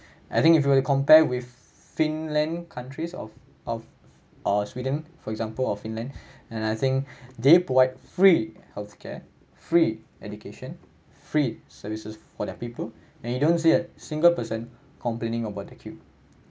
I think if you were to compare with finland countries of of or sweden for example of finland and I think they provide free healthcare free education free services for their people and you don't see a single person complaining about the queue